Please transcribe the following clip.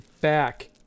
back